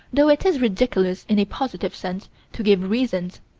though it is ridiculous in a positive sense to give reasons,